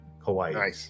Hawaii